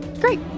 Great